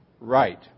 right